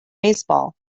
baseball